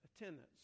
attendance